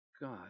God